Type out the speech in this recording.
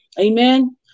Amen